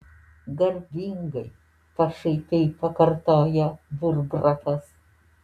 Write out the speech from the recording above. garbingai pašaipiai pakartojo burggrafas